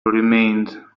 remained